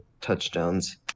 touchdowns